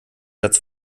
satz